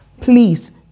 Please